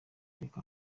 reka